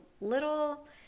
little